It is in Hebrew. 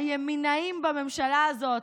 הימינאים בממשלה הזאת,